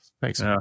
Thanks